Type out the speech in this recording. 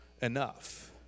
enough